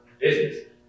business